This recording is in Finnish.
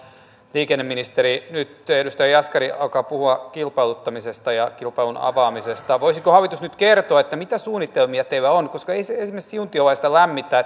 liikenneministeri nyt edustaja jaskari alkaa puhua kilpailuttamisesta ja kilpailun avaamisesta voisiko hallitus nyt kertoa mitä suunnitelmia teillä on koska ei se esimerkiksi siuntiolaista lämmitä että